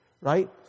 Right